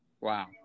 Wow